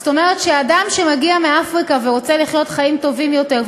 זאת אומרת שאדם שמגיע מאפריקה ורוצה לחיות חיים טובים יותר,